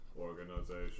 organization